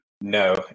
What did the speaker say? no